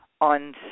on